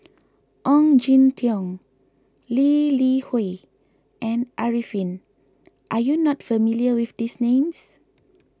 Ong Jin Teong Lee Li Hui and Arifin are you not familiar with these names